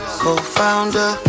co-founder